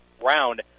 round